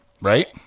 Right